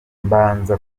mbanza